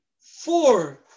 four